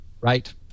Right